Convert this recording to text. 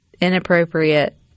inappropriate